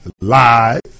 live